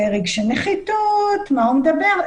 רגשי נחיתות, מה הוא מדבר.